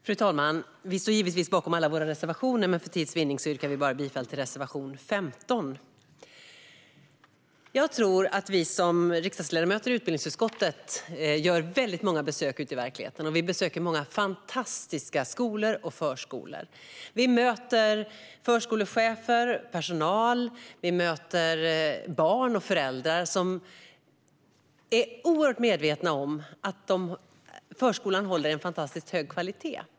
Fru talman! Vi står givetvis bakom alla våra reservationer, men för tids vinnande yrkar vi bifall enbart till reservation 15. Vi riksdagsledamöter i utbildningsutskottet gör många besök ute i verkligheten. Vi besöker många fantastiska skolor och förskolor. Vi möter förskolechefer, personal, barn och föräldrar som är oerhört medvetna om att förskolan håller en fantastiskt hög kvalitet.